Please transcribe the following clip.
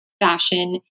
fashion